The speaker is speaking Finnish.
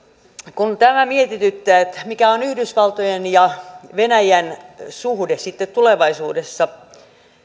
kun tämä mietityttää mikä on yhdysvaltojen ja venäjän suhde sitten tulevaisuudessa